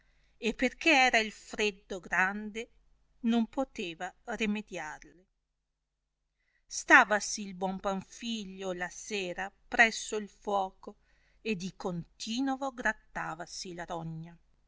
e perchè era il freddo grande non poteva remediarle stavasi il buon panfilio la sera presso il fuoco e di continovo grattavasi la rogna